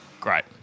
Great